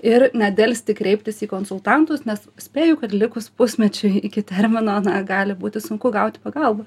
ir nedelsti kreiptis į konsultantus nes spėju kad likus pusmečiui iki termino na gali būti sunku gauti pagalbą